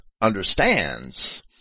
understands